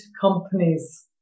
companies